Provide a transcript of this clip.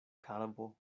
karbo